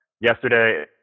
yesterday